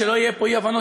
שלא יהיו פה אי-הבנות,